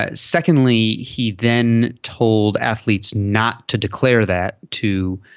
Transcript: ah secondly he then told athletes not to declare that to